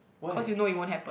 why